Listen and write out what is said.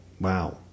Wow